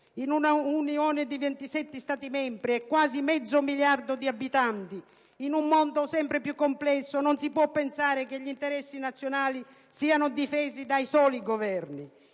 In un'Unione di 27 Stati membri e quasi mezzo miliardo di abitanti, in un mondo sempre più complesso, non si può pensare che gli interessi nazionali siano difesi dai soli Governi.